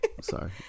sorry